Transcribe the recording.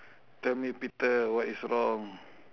tell me peter what is wrong